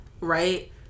Right